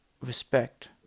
respect